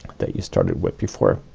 that you started with before.